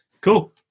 cool